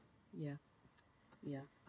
ya ya